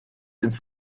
ins